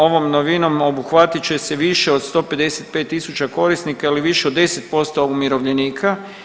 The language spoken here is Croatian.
Ovom novinom obuhvatit će se više od 155000 korisnika ili više od 10% umirovljenika.